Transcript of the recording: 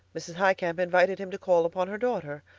mrs. highcamp invited him to call upon her daughter,